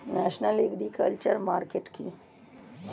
National agriculture market কি?